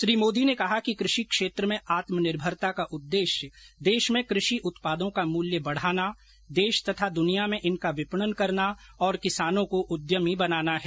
श्री मोदी ने कहा कि कृ षि क्षेत्र में आत्मनिर्भरता का उद्देश्य देश में कृषि उत्पादों का मूल्य बढ़ाना देश तथा दुनिया में इनका विपणन करना और किसानों को उद्यमी बनाना है